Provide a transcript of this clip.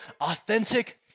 authentic